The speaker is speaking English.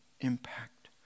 impact